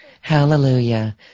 Hallelujah